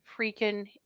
freaking